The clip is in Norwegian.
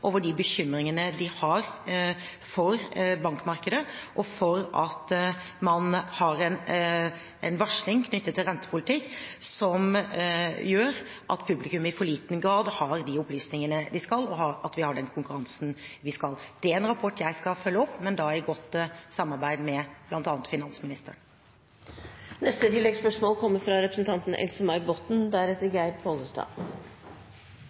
de bekymringene de har for bankmarkedet og for at man har en varsling knyttet til rentepolitikk som gjør at publikum i for liten grad har de opplysningene de skal ha, og at vi har den konkurransen vi skal ha. Det er en rapport som jeg skal følge opp, men da i godt samarbeid med bl.a. finansministeren.